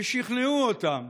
ששכנעו אותם